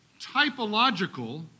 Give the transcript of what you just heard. typological